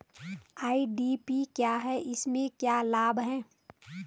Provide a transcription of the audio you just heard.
IDV क्या है इसमें क्या लाभ है?